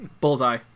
Bullseye